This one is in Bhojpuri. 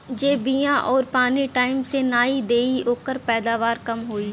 जे बिया आउर पानी टाइम से नाई देई ओकर पैदावार कम होई